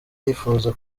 yifuza